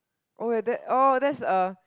oh ya that that is a